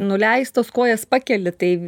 nuleistos kojas pakeli tai